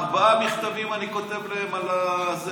ארבעה מכתבים אני כותב להם על זה.